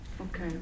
Okay